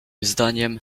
zdaniem